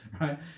right